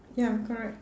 ya correct